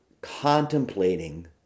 contemplating